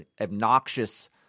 obnoxious